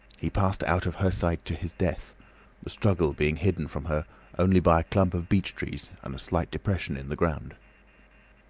he passed out of her sight to his death, the struggle being hidden from her only by a clump of beech trees and a slight depression in the ground.